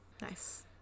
Nice